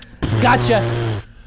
gotcha